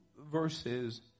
verses